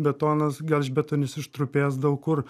betonas gelžbetonis ištrupėjęs daug kur